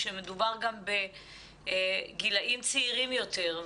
שמדובר גם בגילאים צעירים יותר.